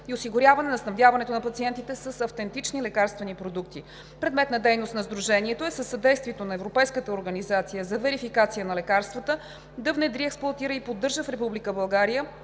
и осигуряване снабдяването на пациентите с автентични лекарствени продукти. Предмет на дейност на Сдружението е със съдействието на Европейската организация за верификация на лекарствата да внедри, експлоатира и поддържа в